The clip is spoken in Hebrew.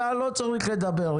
אתה לא צריך לדבר,